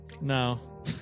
no